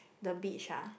the beach ah